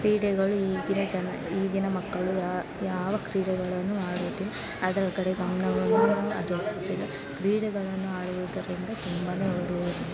ಕ್ರೀಡೆಗಳು ಈಗಿನ ಜನ ಈಗಿನ ಮಕ್ಕಳು ಯಾವ ಕ್ರೀಡೆಗಳನ್ನು ಆಡುವುದು ಅದರ ಕಡೆ ಗಮನವನ್ನು ಕ್ರೀಡೆಗಳನ್ನು ಆಡುವುದರಿಂದ ತುಂಬ ಒಳ್ಳೆಯದು